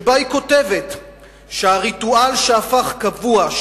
ובה היא כותבת שהריטואל שהפך קבוע,